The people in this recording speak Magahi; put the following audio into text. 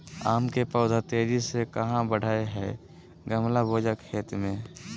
आम के पौधा तेजी से कहा बढ़य हैय गमला बोया खेत मे?